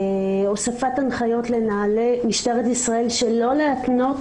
הוספת הנחיות לנהלי משטרת ישראל שלא להתנות